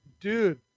dude